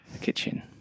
kitchen